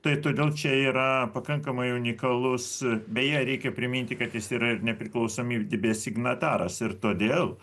tai todėl čia yra pakankamai unikalus beje reikia priminti kad jis yra ir nepriklausomybės signataras ir todėl